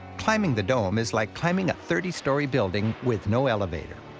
climbing the dome is like climbing a thirty story building. with no elevator.